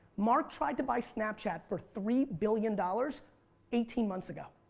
mark tried to buy snapchat for three billion dollars eighteen months ago.